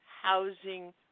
housing